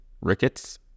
rickets